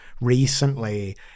recently